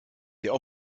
der